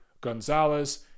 Gonzalez